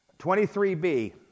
23B